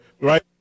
right